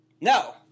No